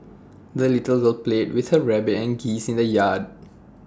the little girl played with her rabbit and geese in the yard